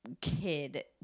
Kid